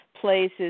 places